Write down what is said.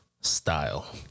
style